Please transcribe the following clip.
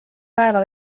päeva